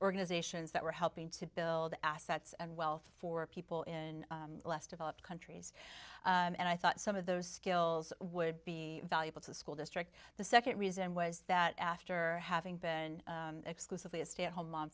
organizations that were helping to build assets and wealth for people in less developed countries and i thought some of those skills would be valuable to the school district the second reason was that after having been exclusively a stay at home mom